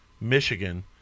michigan